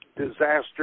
disaster